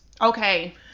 Okay